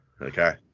okay